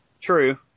true